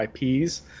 IPs